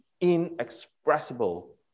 inexpressible